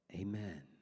amen